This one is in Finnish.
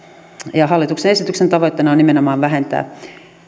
hallituksen esityksen tavoitteena on nimenomaan vähentää